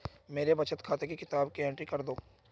मेरे बचत खाते की किताब की एंट्री कर दो?